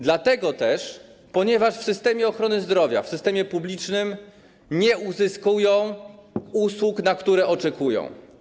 Dlatego że w systemie ochrony zdrowia, w systemie publicznym nie uzyskują usług, na które oczekują.